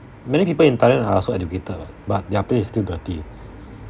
many people in thailand are also educated [what] but their place still dirty